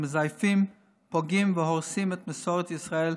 הם מזייפים, פוגעים והורסים את מסורת ישראל.